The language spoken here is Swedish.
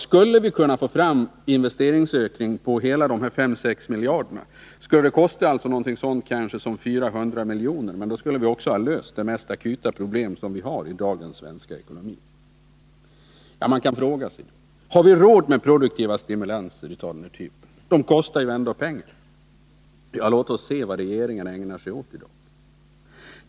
Skulle vi kunna få fram en investeringsökning på hela 5-6 miljarder skulle det kosta kanske 400 miljoner, men då skulle vi också ha löst det mest akuta problemet i dagens svenska ekonomi. Man kan fråga sig: Har vi råd med produktiva stimulanser av den här typen — de kostar ju ändå pengar? Ja, låt oss se vad regeringen i dag använder pengarna till!